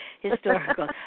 historical